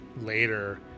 later